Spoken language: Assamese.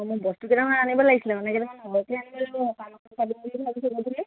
অঁ মই বস্তু কেইটামান আনিব লাগিছিলে মানে কেইটামান সৰহকৈ আনিব লাগিব সকাম অকন পাতো বুলি ভাবিছোঁ